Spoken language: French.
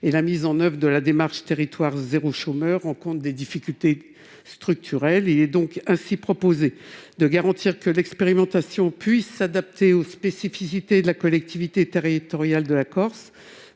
et la mise en oeuvre de la démarche « territoires zéro chômeur longue durée » rencontre des difficultés structurelles. Il est ainsi proposé de garantir que l'expérimentation puisse s'adapter aux spécificités de la collectivité territoriale de la Corse,